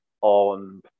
on